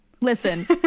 Listen